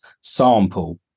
sample